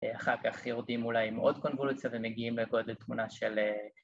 ‫אחר כך ירדים אולי עם עוד קונבולוציה ‫ומגיעים לתמונה של...